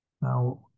Now